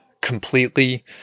completely